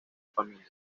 familia